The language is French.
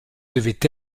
devait